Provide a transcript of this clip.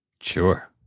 Sure